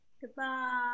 Goodbye